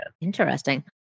Interesting